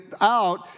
out